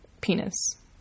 penis